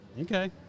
Okay